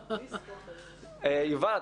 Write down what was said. יובל,